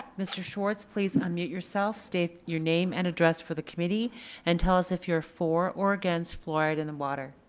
mr. schwartz, please unmute yourself state your name and address for the committee and tell us if you're for or against fluoride in the water.